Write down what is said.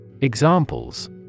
Examples